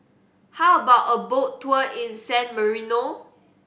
how about a boat tour in San Marino